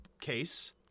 case